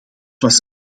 was